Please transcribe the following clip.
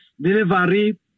delivery